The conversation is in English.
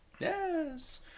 Yes